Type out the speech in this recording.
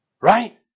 Right